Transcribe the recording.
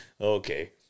Okay